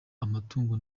amatungo